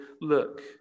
look